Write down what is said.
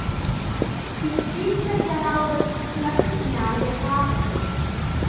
iš pykčio džeraldas smarkiai gniaužė pavadį